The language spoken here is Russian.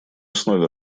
основе